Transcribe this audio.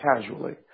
casually